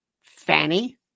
Fanny